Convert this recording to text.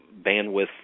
bandwidth